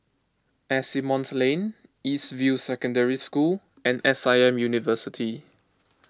Asimont Lane East View Secondary School and S I M University